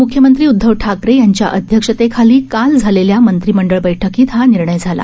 मुख्यमंत्री उदधव ठाकरे यांच्या अध्यक्षतेखाली काल झालेल्या मंत्रिमंडळ बैठकीत हा निर्णय झाला